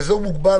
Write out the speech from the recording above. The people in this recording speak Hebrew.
אזור מוגבל,